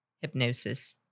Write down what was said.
hypnosis